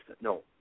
No